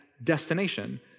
Destination